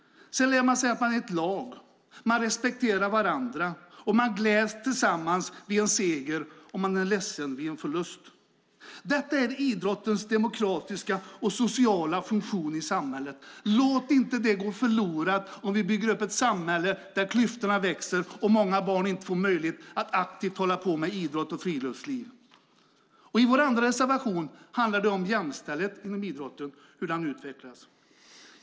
Sedan lär man sig att man är ett lag och respekterar varandra. Man gläds tillsammans vid en seger, och man är ledsen vid en förlust. Detta är idrottens demokratiska och sociala funktion i samhället. Låt inte det gå förlorat genom att vi bygger upp ett samhälle där klyftorna växer och många barn inte får möjlighet att aktivt hålla på med idrott och friluftsliv. Vår andra reservation handlar om hur jämställdhet inom idrotten utvecklas.